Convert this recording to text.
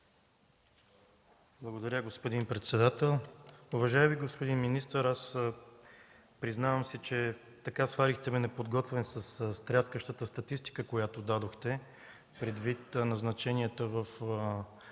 Благодаря Ви, господин председател. Уважаеми господин министър, признавам си, че ме сварихте неподготвен със стряскащата статистика, която дадохте за назначенията в